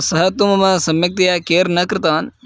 सः तु मम सम्यक्तया केर् न कृतवान्